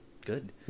good